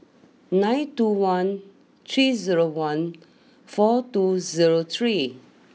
nine two one three zero one four two zero three